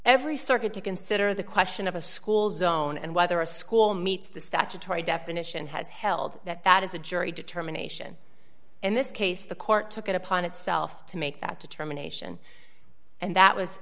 every circuit to consider the question of a school zone and whether a school meets the statutory definition has held that that is a jury determination in this case the court took it upon itself to make that determination and that was